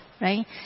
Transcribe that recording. right